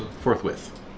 forthwith